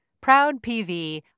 PROUD-PV